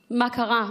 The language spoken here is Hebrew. מה קרה,